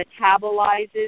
metabolizes